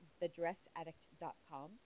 thedressaddict.com